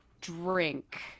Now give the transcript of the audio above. drink